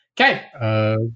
Okay